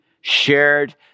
shared